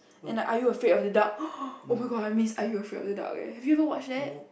and like are you afraid of the dark !orh! oh-my-god I miss are you afraid of the dark leh have you ever watched that